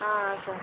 ஆ ஆ சார்